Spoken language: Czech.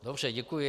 Dobře, děkuji.